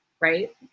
right